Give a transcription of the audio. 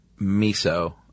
Miso